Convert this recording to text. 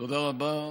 תודה רבה.